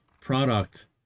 product